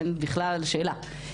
אין בכלל שאלה.